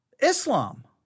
Islam